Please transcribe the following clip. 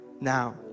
now